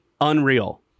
Unreal